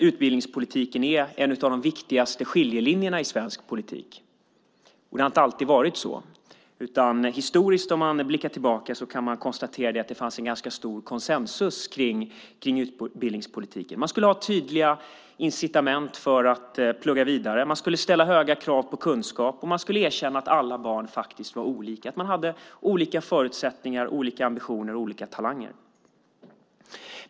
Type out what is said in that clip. Utbildningspolitiken är i dag en av de viktigaste skiljelinjerna i svensk politik. Det har inte alltid varit så. Man kan blicka tillbaka historiskt. Då kan man konstatera att det har funnits en ganska stor konsensus kring utbildningspolitiken. Det skulle finnas tydliga incitament för att plugga vidare. Man skulle ställa höga krav på kunskap, och man skulle erkänna att alla barn faktiskt var olika, att de hade olika förutsättningar, olika ambitioner och olika talanger.